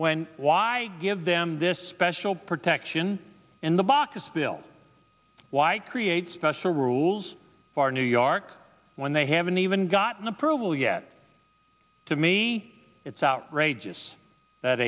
when why give them this special protection in the baucus bill why create special rules for new york when they haven't even gotten approval yet to me it's outrageous that